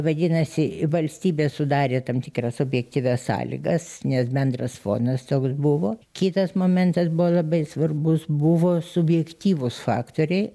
vadinasi valstybė sudarė tam tikras objektyvias sąlygas nes bendras fonas toks buvo kitas momentas buvo labai svarbus buvo subjektyvūs faktoriai